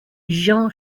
jean